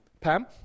Pam